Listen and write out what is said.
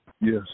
Yes